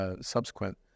subsequent